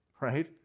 right